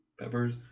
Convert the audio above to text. peppers